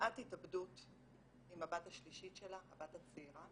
כמעט התאבדות עם הבת השלישית שלה, הבת הצעירה.